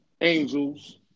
Angels